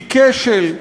היא כשל.